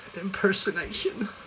impersonation